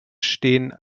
stehen